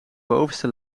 bovenste